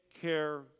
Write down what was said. care